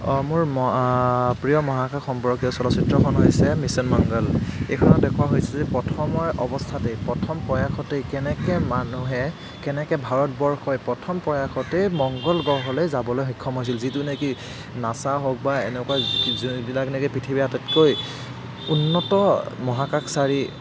অঁ মোৰ ম প্ৰিয় মহাকাশ সম্পৰ্কীয় চলচ্চিত্ৰখন হৈছে মিছন মংগল এইখনত দেখুওৱা হৈছে যে প্ৰথমৰ অৱস্থাতে প্ৰথম প্ৰয়াসতে কেনেকৈ মানুহে কেনেকৈ ভাৰতবৰ্ষই প্ৰথম প্ৰয়াসতে মংগল গ্ৰহলৈ যাবলৈ সক্ষম হৈছিল যিটো নেকি নাছা হওক বা এনেকোৱা যিবিলাক নেকি পৃথিৱীৰ আটাইতকৈ উন্নত মহাকাশচাৰী